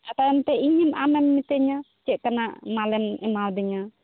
ᱟᱨ ᱛᱟᱭᱚᱢ ᱛᱮ ᱤᱧ ᱟᱢᱮᱢ ᱢᱤᱛᱟᱹᱧᱟ ᱪᱮᱫ ᱞᱮᱠᱟᱱᱟᱜ ᱢᱟᱞᱮᱢ ᱮᱢᱟᱣᱫᱤᱧᱟ